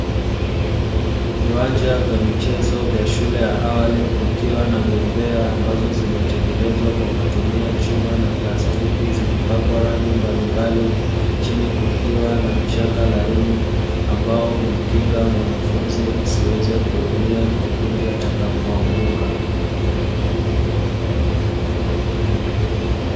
Viwanja vya michezo vya shule ya awali kukiwa na bembea ambazo zimetengenezwa kwa kutumia chuma na plastiki, zikipakwa rangi mbalimbali, chini kukiwa na mchanga laini ambao humkinga mwanafunzi asiweze kuumia kipindi atakapoanguka.